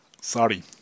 Sorry